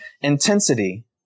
intensity